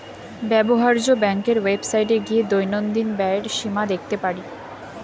ব্যবহার্য ব্যাংকের ওয়েবসাইটে গিয়ে দৈনন্দিন ব্যয়ের সীমা দেখতে পারি